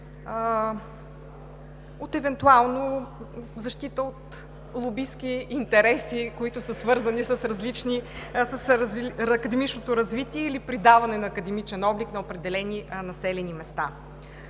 евентуално защита от лобистки интереси, които са свързани с академичното развитие или придаване на академичен облик на определени населени места.